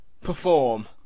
perform